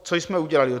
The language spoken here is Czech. Co jsme udělali?